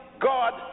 God